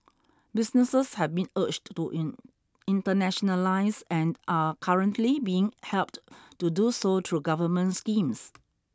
businesses have been urged to in internationalise and are currently being helped to do so through government schemes